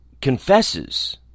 confesses